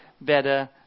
better